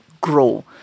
grow